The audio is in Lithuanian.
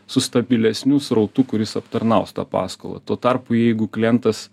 su stabilesniu srautu kuris aptarnaus tą paskolą tuo tarpu jeigu klientas